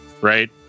right